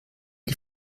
die